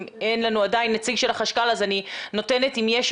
אם אין לנו עדיין נציג של החשכ"ל אני אתן עוד